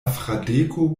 fradeko